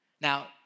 Now